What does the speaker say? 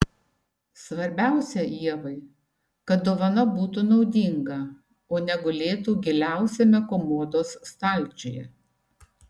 svarbiausia ievai kad dovana būtų naudinga o ne gulėtų giliausiame komodos stalčiuje